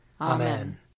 Amen